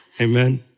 Amen